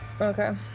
Okay